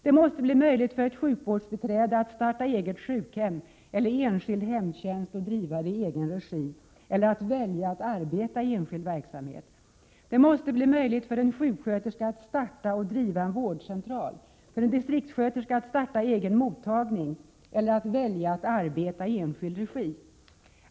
Det måste bli möjligt för ett sjukvårdsbiträde att starta eget sjukhem eller enskild hemtjänst och driva det i egen regi eller välja att arbeta i enskild verksamhet. Det måste bli möjligt för en sjuksköterska att starta och driva en vårdcentral, för en distriktssköterska att starta egen mottagning eller att välja att arbeta i enskild regi.